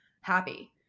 happy